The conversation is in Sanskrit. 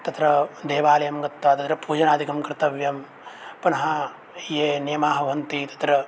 तत्र देवालयं गत्वा तत्र पूजनादिकं कर्तव्यं पुनः ये नियमाः भवन्ति तत्र